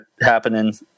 happening